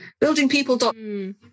buildingpeople